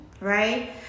right